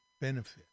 benefit